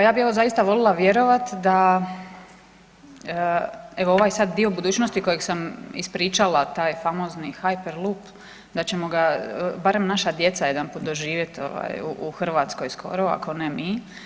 Pa ja bi evo zaista voljela vjerovati da evo ovaj sad dio budućnosti kojeg sam ispričala taj famozni Hyperloop da ćemo ga barem naša djeca jedanput doživjet ovaj u Hrvatskoj skoro ako ne mi.